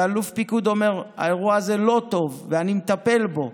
ואלוף הפיקוד אומר: האירוע הזה לא טוב ואני מטפל בו,